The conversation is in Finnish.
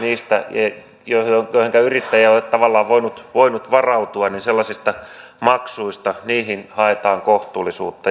sellaisiin maksuihin joihinka yrittäjä ei ole tavallaan voinut varautua haetaan kohtuullisuutta